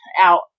out